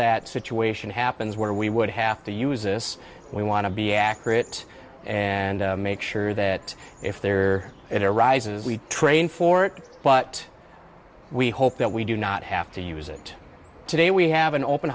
that situation happens where we would have to use this we want to be accurate and make sure that if there are it arises we train for it but we hope that we do not have to use it today we have an open